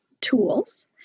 tools